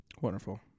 wonderful